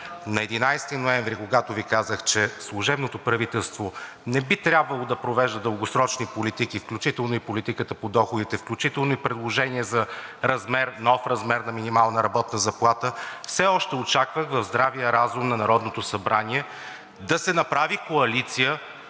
На 11 ноември, когато Ви казах, че служебното правителство не би трябвало да провежда дългосрочни политики, включително и политика по доходите, включително и предложение за нов размер на минималната работна заплата, все още очаквах в здравия разум на Народното събрание да се направи коалиция,